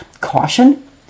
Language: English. caution